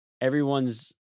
everyone's